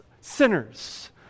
sinners